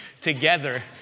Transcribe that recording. together